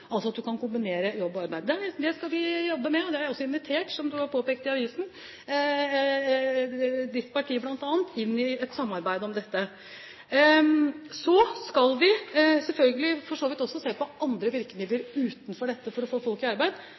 altså at man kan kombinere pensjon og arbeid. Det skal vi jobbe med. Og jeg har invitert, som det er påpekt i avisen, bl.a. Høyre til et samarbeid om dette. Så skal vi selvfølgelig også se på andre virkemidler utenfor dette for å få folk i arbeid.